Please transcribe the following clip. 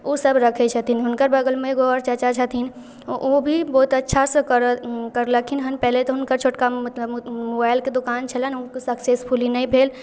ओसब रखै छथिन हुनकर बगलमे एगो आओर चाचा छथिन ओ ओ भी बहुत अच्छासँ करऽ करलखिन हँ पहिले तऽ हुनकर छोटका मतलब मो मोबाइलके दोकान छलनि हुनको सक्सेसफुली नहि भेल